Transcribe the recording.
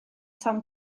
tom